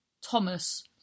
Thomas